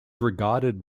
regarded